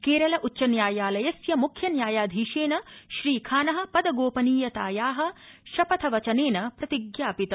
केरल उच्च न्यायालयस्य मुख्य न्यायाधीशेन श्रीखान पदगोपनीयताया शपथवचनेन प्रतिज्ञापित